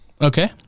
Okay